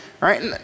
right